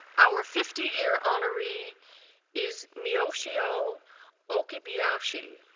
our fifty year honoree is miosio okibiyashi.